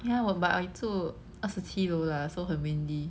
ya 我 but I 住二十七楼 lah so 很 windy